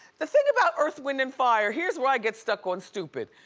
the thing about earth, wind and fire, here's where i get stuck on stupid,